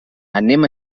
anem